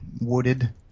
wooded